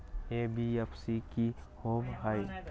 NBFC कि होअ हई?